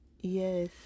Yes